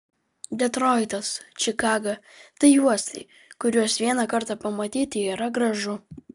detroitas čikaga tai uostai kuriuos vieną kartą pamatyti yra gražu